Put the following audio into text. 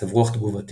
מצב רוח תגובתי,